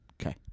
Okay